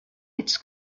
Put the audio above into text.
its